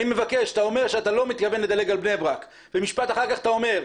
כשאתה אומר שאתה לא מתכוון לדלג על בני ברק ומשפט אחר כך אתה אומר,